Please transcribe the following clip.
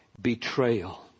betrayal